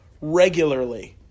regularly